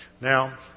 Now